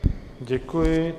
Děkuji.